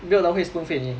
没有人会 spoon feed 你